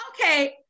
Okay